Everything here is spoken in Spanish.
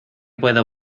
puedo